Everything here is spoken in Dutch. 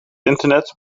internet